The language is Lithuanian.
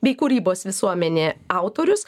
bei kūrybos visuomenė autorius